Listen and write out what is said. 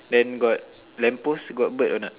then got lamp post got bird a not